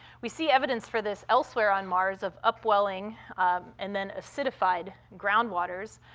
we see evidence for this elsewhere on mars of upwelling and then acidified groundwaters,